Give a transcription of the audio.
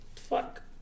Fuck